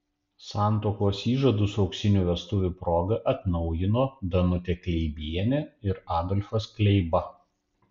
santuokos įžadus auksinių vestuvių proga atnaujino danutė kleibienė ir adolfas kleiba